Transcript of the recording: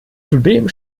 zudem